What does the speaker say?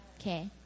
Okay